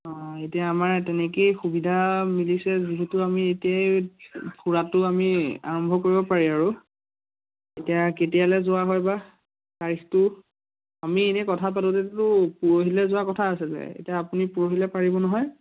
অঁ এতিয়া আমাৰ তেনেকৈয়ে সুবিধা মিলিছে যিহেতু আমি এতিয়াই ফুৰাটো আমি আৰম্ভ কৰিব পাৰি আৰু এতিয়া কেতিয়ালৈ যোৱা হয় বা তাৰিখটো আমি এনে কথা পাতোঁতেতো পৰহিলৈ যোৱা কথা আছিলে এতিয়া আপুনি পৰহিলৈ পাৰিব নহয়